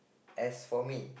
as for me